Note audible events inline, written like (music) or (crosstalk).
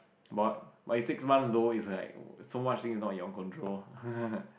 but it's six months though it's like so much things are not in your control (laughs)